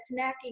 snacking